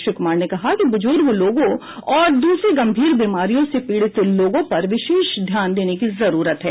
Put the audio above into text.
श्री कुमार ने कहा कि बुज़ुर्ग लोगों और दूसरी गंभीर बीमारियों से पीड़ित लोगों पर विषेष ध्यान देने की जरूरत है